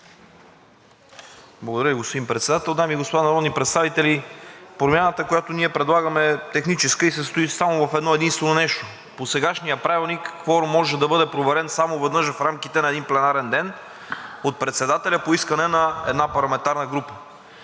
Благодаря Ви, господин Председател. Дами и господа народни представители, промяната, която ние предлагаме, е техническа и се състои само в едно-единствено нещо. По сегашния правилник кворум може да бъде проверен само веднъж в рамките на един пленарен ден от председателя по искане на една парламентарна група.